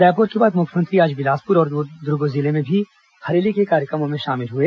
रायपुर के बाद मुख्यमंत्री आज बिलासपुर और दुर्ग जिले में भी हरेली के कार्यक्रमों में शामिल हुए